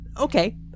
Okay